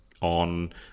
On